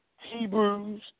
Hebrews